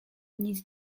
nic